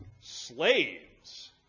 slaves